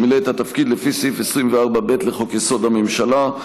שמילא את התפקיד לפי סעיף 24(ב) לחוק-יסוד: הממשלה.